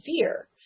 fear